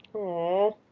oh,